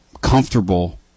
comfortable